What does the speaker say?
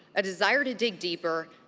a desire to dig deeper,